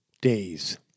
days